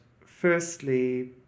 firstly